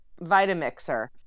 Vitamixer